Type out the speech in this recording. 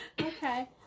Okay